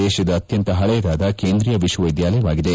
ದೇಶದ ಅತ್ನಂತ ಹಳೆಯದಾದ ಕೇಂದ್ರೀಯ ವಿಶ್ವವಿದ್ಯಾಲಯವಾಗಿದೆ